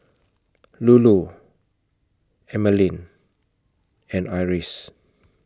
Lulu Emeline and Iris